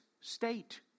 state